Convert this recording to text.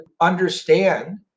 understand